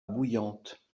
bouillante